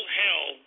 hell